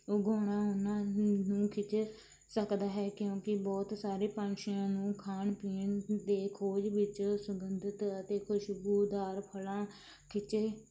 ਉਹ ਗੁਣ ਉਹਨਾਂ ਨੂੰ ਖਿੱਚ ਸਕਦਾ ਹੈ ਕਿਉਂਕਿ ਬਹੁਤ ਸਾਰੇ ਪੰਛੀਆਂ ਨੂੰ ਖਾਣ ਪੀਣ ਦੇ ਖੋਜ ਵਿੱਚ ਸੁਗੰਧਿਤ ਅਤੇ ਖੁਸ਼ਬੂਦਾਰ ਫਲਾਂ ਖਿੱਚੇ